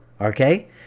okay